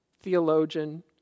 theologian